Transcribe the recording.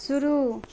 शुरू